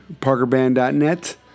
parkerband.net